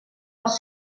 als